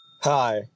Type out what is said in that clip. Hi